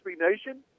Nation